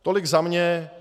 Tolik za mě.